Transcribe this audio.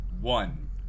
One